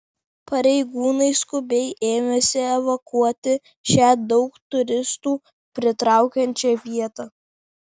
pareigūnai skubiai ėmėsi evakuoti šią daug turistų pritraukiančią vietą